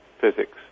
physics